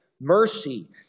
mercy